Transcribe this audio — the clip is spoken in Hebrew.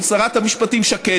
של שרת המשפטים שקד,